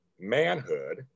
manhood